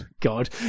god